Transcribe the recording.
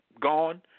gone